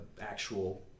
actual